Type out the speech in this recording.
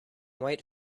white